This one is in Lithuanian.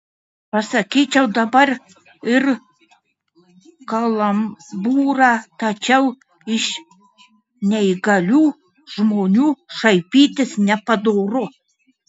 pasakyčiau dabar ir kalambūrą tačiau iš neįgalių žmonių šaipytis nepadoru